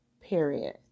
period